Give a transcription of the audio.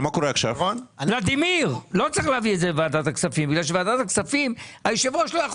בגלל שבוועדת הכספים היושב ראש לא יכול